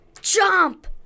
Jump